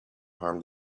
harm